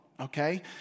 okay